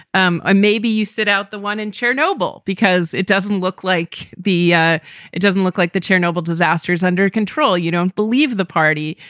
um ah maybe you sit out the one and chair noble because it doesn't look like b. ah it doesn't look like the chernobyl disaster is under control. you don't believe the party.